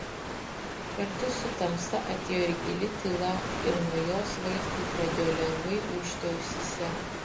kartu su tamsa atėjo ir gili tyla ir nuo jos vaitkui pradėjo lengvai ūžti ausyse